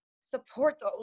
supports